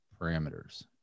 parameters